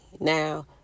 Now